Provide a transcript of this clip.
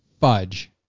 fudge